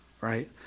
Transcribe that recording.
Right